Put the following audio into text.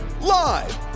Live